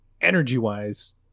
energy-wise